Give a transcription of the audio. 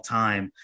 time